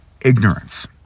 ignorance